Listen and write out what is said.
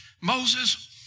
Moses